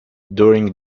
during